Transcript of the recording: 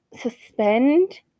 suspend